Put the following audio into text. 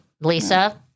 Lisa